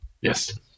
Yes